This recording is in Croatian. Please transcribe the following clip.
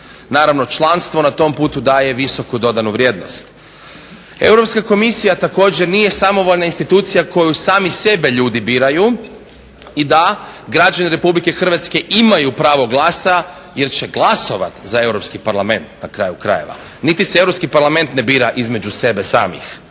Naravno članstvo na tom putu daje visoku dodanu vrijednost. Europska komisija također nije samovoljna institucija koju sami sebe ljudi biraju. I da, građani RH imaju pravo glasa jer će glasovati za europski parlament. Niti se europski parlament ne bira između sebe samih.